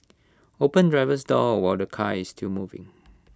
open driver's door while the car is still moving